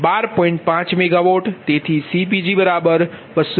5 MW તેથી CPg222